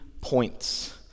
points